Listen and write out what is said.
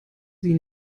sie